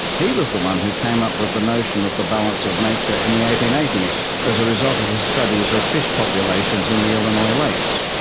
he was the one who came up with the notion of the balance of nature in the eighteen eighty s as a result of his studies of fish populations in the illinois lakes.